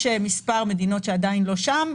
יש מספר מדינות שעדיין לא שם.